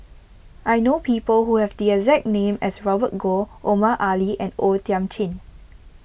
I know people who have the exact name as Robert Goh Omar Ali and O Thiam Chin